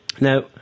Now